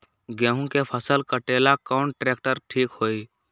गेहूं के फसल कटेला कौन ट्रैक्टर ठीक होई?